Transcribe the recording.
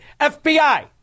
FBI